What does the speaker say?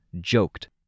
joked